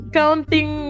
counting